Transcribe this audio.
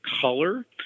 color